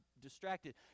distracted